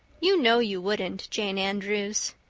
you know you wouldn't, jane andrews!